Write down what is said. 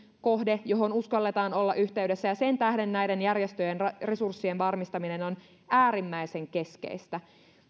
kohde johon uskalletaan olla yhteydessä ja sen tähden näiden järjestöjen resurssien varmistaminen on äärimmäisen keskeistä